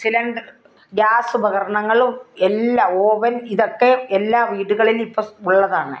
cylinder ഗ്യാസുപകരണങ്ങളും എല്ലാ oven ഇതൊക്കെ എല്ലാ വീടുകളിലിപ്പം ഉള്ളതാണ്